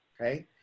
okay